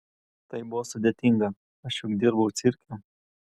tai buvo sudėtinga aš juk dirbau cirke